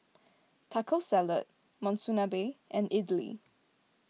Taco Salad Monsunabe and Idili